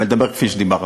ולדבר כפי שדיברת.